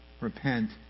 repent